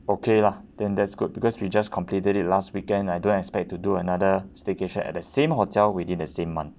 okay lah then that's good because we just completed it last weekend I don't expect to do another staycation at the same hotel within the same month